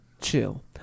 chill